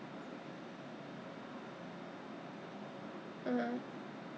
ya 可是哎呀几块钱我就算了吧我就想 my goodness